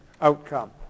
outcome